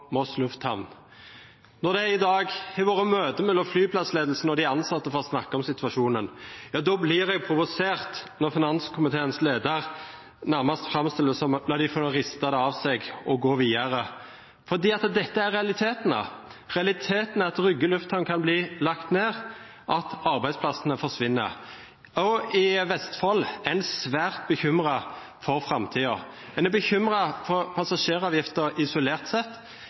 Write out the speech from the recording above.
Når det er 1 000 mennesker som står i fare for å miste jobben på Moss Lufthavn Rygge, og det i dag har vært møte mellom flyplassledelsen og de ansatte for å snakke om situasjonen, blir jeg provosert når finanskomiteens leder nærmest framstiller det som at de får riste det av seg og gå videre. For dette er realitetene – realitetene er at Moss Lufthavn Rygge kan bli lagt ned, og at arbeidsplassene forsvinner. Også i Vestfold er en svært